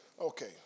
Okay